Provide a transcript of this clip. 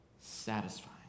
satisfying